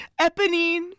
Eponine